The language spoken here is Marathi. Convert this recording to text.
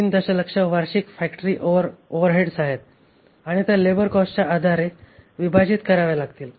3 दशलक्ष वार्षिक फॅक्टरी ओव्हरहेड्स आहेत आणि त्या लेबर कॉस्टच्या आधारे विभाजित कराव्या लागतील